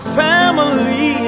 family